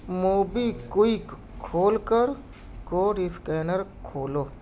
Mobi quick کھول کر code scanner کھولو